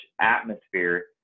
atmosphere